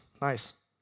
Nice